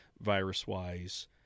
virus-wise